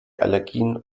allergien